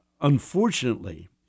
unfortunately